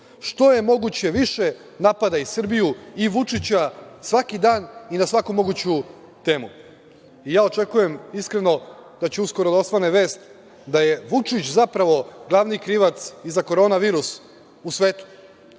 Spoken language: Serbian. što je moguće više napadaj Srbiju i Vučića, svaki dan i na svakom moguću temu. Ja uskoro očekujem da će da osvane vest da je Vučić, zapravo, glavni krivac i za korona virus u svetu,